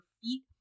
feet